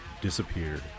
disappeared